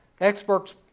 Experts